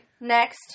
Next